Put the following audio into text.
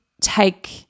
take